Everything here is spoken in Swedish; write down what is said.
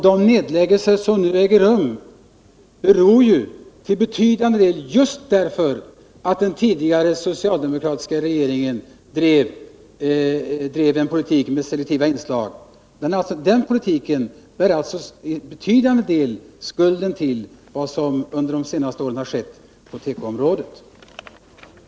De nedläggningar som nu äger rum beror ju till betydande del just på att den tidigare socialdemokratiska regeringen drev en politik med selektiva inslag. Den politiken bär till betydande del skulden för vad som under de senaste åren skett på tekoområdet.